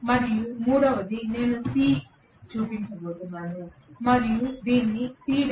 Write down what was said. మరియు మూడవది నేను C చూపించబోతున్నాను మరియు ఇది C'